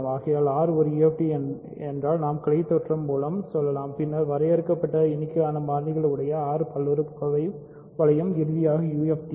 ஆகையால் R ஒரு UFD என்றால் நாம் கிலைத்தேற்றம் மூலம் சொல்லலாம் பின்னர் வரையறுக்கப்பட்ட எண்ணிக்கையிலான மாறிகள் உள்ள R பல்லுறுப்புக்கோவை வளையம் இறுதியாக UFD